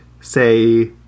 say